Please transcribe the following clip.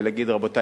ולהגיד: רבותי,